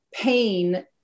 pain